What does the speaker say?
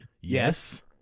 Yes